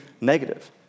negative